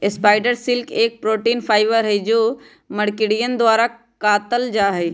spider silk एक protein fibre हई जो मकड़ियन द्वारा कातल जाहई